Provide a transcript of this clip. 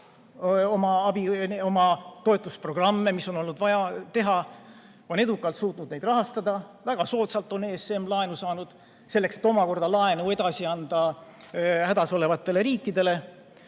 oma toetusprogramme, mida on olnud vaja teha, rahastada. Väga soodsalt on ESM laenu saanud, selleks et omakorda laenu edasi anda hädas olevatele riikidele.